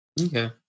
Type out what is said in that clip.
Okay